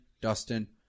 Dustin